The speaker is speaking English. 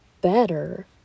better